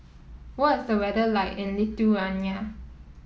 what is the weather like in Lithuania